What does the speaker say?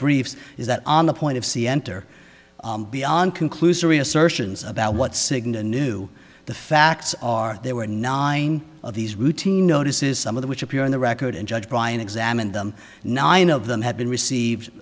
briefs is that on the point of see enter beyond conclusory assertions about what signon knew the facts are there were nine of these routine notices some of the which appeared in the record and judge brian examined them nine of them had been received